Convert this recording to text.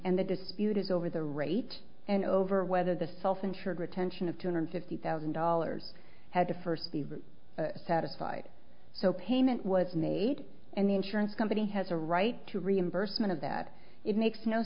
and the dispute is over the rate and over whether the self insured retention of two hundred fifty thousand dollars had to first be satisfied so payment was made and the insurance company has a right to reimbursement of that it makes no